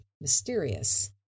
mysterious